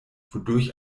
wodurch